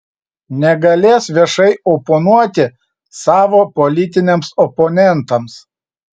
negalės viešai oponuoti savo politiniams oponentams